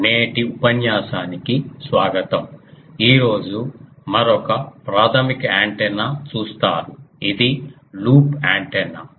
నేటి ఉపన్యాసాని కి స్వాగతం ఈ రోజు మరొక ప్రాథమిక యాంటెన్నా చూస్తారు ఇది లూప్ యాంటెన్నా